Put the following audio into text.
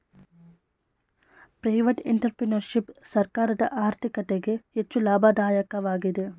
private entrepreneurship ಸರ್ಕಾರದ ಆರ್ಥಿಕತೆಗೆ ಹೆಚ್ಚು ಲಾಭದಾಯಕವಾಗಿದೆ